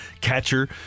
catcher